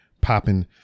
popping